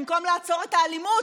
במקום לעצור את האלימות,